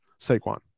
Saquon